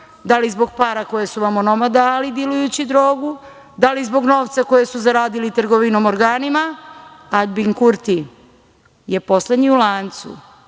da li zbog para koje su vam onomad dali dilujući drogu, da li zbog novca kojeg su zaradili trgovinom organima. Aljbin Kurti je poslednji u lancu